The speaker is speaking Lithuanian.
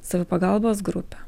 savipagalbos grupę